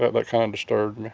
that kind of disturbed me